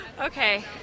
Okay